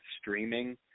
streaming